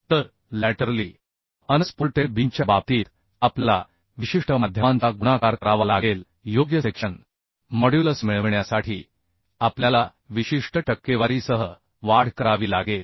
तर laterally unsupported बीमच्या बाबतीत आपल्याला विशिष्ट माध्यमांचा गुणाकार करावा लागेल योग्य सेक्शन मॉड्युलस मिळविण्यासाठी आपल्याला विशिष्ट टक्केवारीसह वाढ करावी लागेल